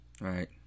right